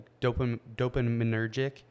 dopaminergic